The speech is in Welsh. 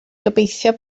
gobeithio